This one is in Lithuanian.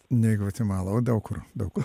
ne į gvatemalą o daug kur daug kur